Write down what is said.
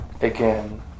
again